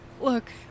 look